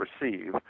receive